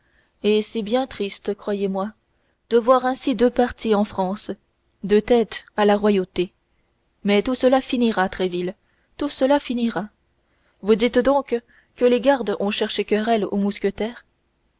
et c'est bien triste croyez-moi de voir ainsi deux partis en france deux têtes à la royauté mais tout cela finira tréville tout cela finira vous dites donc que les gardes ont cherché querelle aux mousquetaires